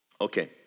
Okay